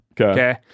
Okay